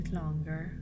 longer